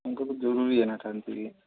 ୟାଙ୍କଠୁ ଜରୁରୀ